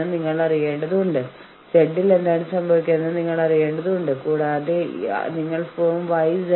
വേതനത്തെ സംബന്ധിച്ചിടത്തോളം ചില നയങ്ങൾ എന്തെങ്കിലും വെച്ചത് എന്തെങ്കിലും തീരുമാനിച്ചത് എന്നിവ എപ്പോഴും സഹായിക്കുന്നു